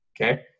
okay